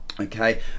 okay